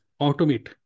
automate